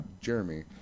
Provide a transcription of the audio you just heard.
Jeremy